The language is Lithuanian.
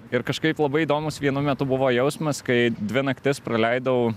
ir kažkaip labai įdomus vienu metu buvo jausmas kai dvi naktis praleidau